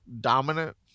dominant